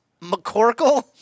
McCorkle